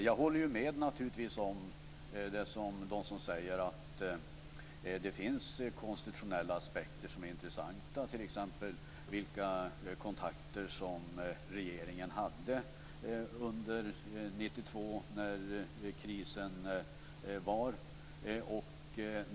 Jag håller naturligtvis med de som säger att det finns konstitutionella aspekter som är intressanta, t.ex. vilka kontakter som regeringen hade under 1992 då krisen var.